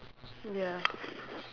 ya